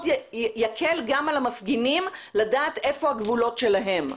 יקל גם על המפגינים לדעת היכן הגבולות שלהם.